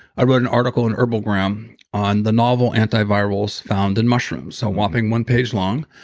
i wrote an article in herbalgram on the novel antivirals found in mushrooms. so whopping one page long,